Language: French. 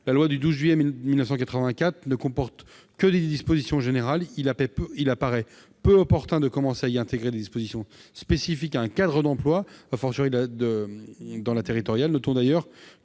la loi du 12 juillet 1984 ne comporte que des dispositions générales. Il apparaît peu opportun de commencer à y intégrer des dispositions spécifiques à un cadre d'emploi, quand il s'agit de la fonction publique territoriale. Notons d'ailleurs